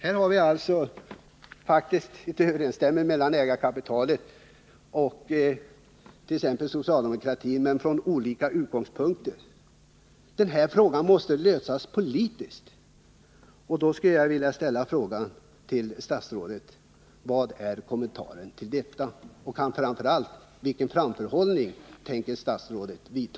Här finns det faktiskt en överensstämmelse mellan ägarkapitalet och t.ex. socialdemokratin, men från olika utgångspunkter: den här frågan måste lösas politiskt. Jag vill därför fråga statsrådet: Vad är kommentaren till detta? Och, framför allt, vilken framförhållning planerar statsrådet?